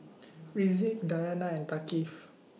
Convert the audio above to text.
Rizqi Dayana and Thaqif